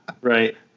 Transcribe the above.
right